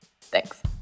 Thanks